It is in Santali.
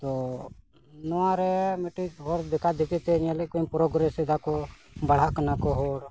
ᱛᱚ ᱱᱚᱣᱟ ᱨᱮ ᱢᱤᱫᱴᱤᱡ ᱦᱚᱲ ᱫᱮᱠᱷᱟ ᱫᱮᱠᱷᱤᱛᱮ ᱧᱮᱞᱮᱫ ᱠᱚᱣᱟᱹᱧ ᱯᱚᱨᱜᱨᱮᱥ ᱮᱫᱟ ᱠᱚ ᱵᱟᱲᱦᱟᱜ ᱠᱟᱱᱟ ᱠᱚ ᱦᱚᱲ